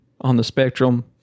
on-the-spectrum